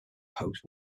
host